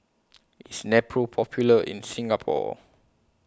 IS Nepro Popular in Singapore